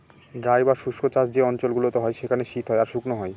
dry বা শুস্ক চাষ যে অঞ্চল গুলোতে হয় সেখানে শীত হয় আর শুকনো হয়